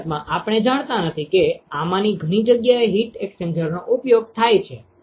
હકીકતમાં આપણે જાણતા નથી કે આમાંની ઘણી જગ્યાએ હીટ એક્સ્ચેન્જરનો ઉપયોગ થાય છે